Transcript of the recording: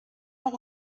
auch